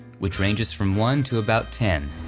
which ranges from one to about ten.